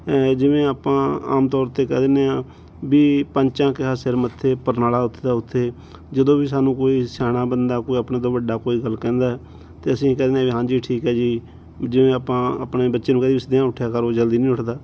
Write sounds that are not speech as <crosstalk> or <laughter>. ਜਿਵੇਂ ਆਪਾਂ ਆਮ ਤੌਰ 'ਤੇ ਕਹਿ ਦਿੰਦੇ ਹਾਂ ਵੀ ਪੰਚਾਂ ਕਿਹਾ ਸਿਰ ਮੱਥੇ ਪਰਨਾਲਾ ਉੱਥੇ ਦਾ ਉੱਥੇ ਜਦੋਂ ਵੀ ਸਾਨੂੰ ਕੋਈ ਸਿਆਣਾ ਬੰਦਾ ਕੋਈ ਆਪਣੇ ਤੋਂ ਵੱਡਾ ਕੋਈ ਗੱਲ ਕਹਿੰਦਾ ਅਤੇ ਅਸੀਂ ਕਹਿ ਦਿੰਦੇ ਹਾਂ ਵੀ ਹਾਂ ਜੀ ਠੀਕ ਹੈ ਜੀ ਜਿਵੇਂ ਆਪਾਂ ਆਪਣੇ ਬੱਚੇ ਨੂੰ ਕਹਿ ਦਈਏ ਵੀ <unintelligible> ਉੱਠਿਆ ਕਰੋ ਜਲਦੀ ਨਹੀਂ ਉੱਠਦਾ